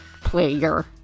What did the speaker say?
player